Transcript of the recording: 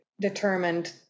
determined